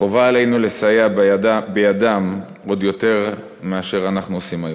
חובה עלינו לסייע בידם עוד יותר מאשר אנחנו עושים היום.